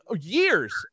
years